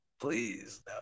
please